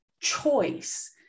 choice